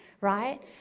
right